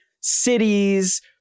cities